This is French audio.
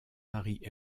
marie